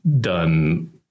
done